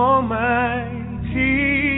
Almighty